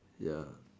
ya